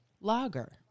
Lager